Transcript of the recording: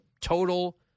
total